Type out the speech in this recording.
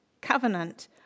covenant